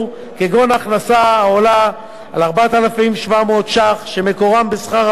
כגון הכנסה העולה על 4,700 ש"ח שמקורם בשכר עבודה,